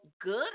good